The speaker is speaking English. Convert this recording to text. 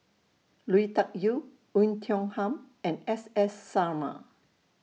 Lui Tuck Yew Oei Tiong Ham and S S Sarma